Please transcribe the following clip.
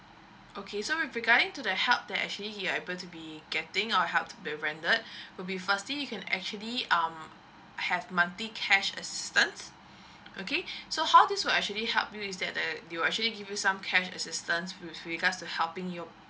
okay so with regarding to the help that actually he uh able to be getting our help to be rendered would be firstly you can actually um have monthly cash assistance okay so how this will actually help you is that the we will actually give you some cash assistance with regards to helping your